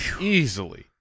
Easily